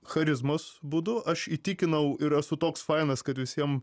charizmos būdu aš įtikinau ir esu toks fainas kad visiem